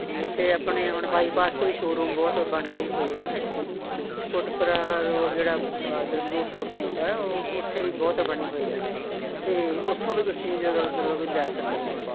ਅਤੇ ਇੱਥੇ ਆਪਣੇ ਹੁਣ ਬਾਈਪਾਸ 'ਤੇ ਵੀ ਸ਼ੋਰੂਮ ਬਹੁਤ ਬਣ ਗਏ ਹੋਏ ਆ ਇੱਥੇ ਕੋਟਪੁਰਾ ਰੋਡ ਜਿਹੜਾ ਬਹਾਦਰ ਰੋਡ ਨੂੰ ਆਉਂਦਾ ਉੱਥੇ ਵੀ ਬਹੁਤ ਬਣੇ ਹੋਏ ਆ ਅਤੇ ਉਥੋਂ ਵੀ ਤੁਸੀਂ ਮਤਲਬ ਕਿ ਲੈ ਸਕਦੇ ਆ